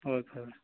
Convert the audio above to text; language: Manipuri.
ꯍꯣꯏ ꯐꯔꯦ ꯐꯔꯦ